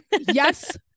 Yes